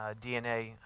DNA